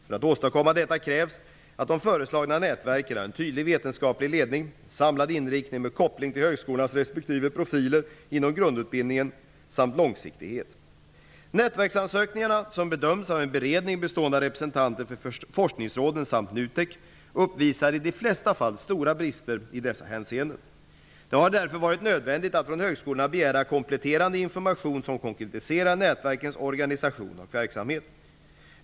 För att åstadkomma detta krävs att de föreslagna nätverken har en tydlig vetenskaplig ledning, en samlad inriktning med koppling till högskolornas respektive profiler inom grundutbildningen samt långsiktighet. Nätverksansökningarna, som bedömts av en beredning bestående av representanter för forskningsråden samt NUTEK, uppvisade i de flesta fall stora brister i dessa hänseenden. Det har därför varit nödvändigt att från högskolorna begära kompletterande information som konkretiserar nätverkens organisation och verksamhet.